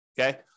Okay